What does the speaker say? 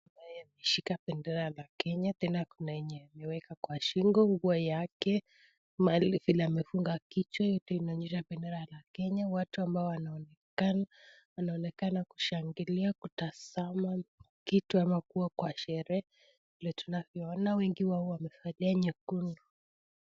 Naye ameshika bendera la kenya, tena kuna yenye ameweka, kwa shingo nguo yake vile amefunga kichwa kitu inaonyesha bendera la kenya. Watu ambao wanaonekana , wanaonekana kushangilia, kutazama kitu ama kuwa kwa sherehe, vile tunavyona wengi wao wamevalia nyekundu.